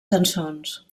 cançons